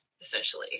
essentially